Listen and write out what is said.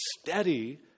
steady